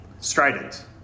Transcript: strident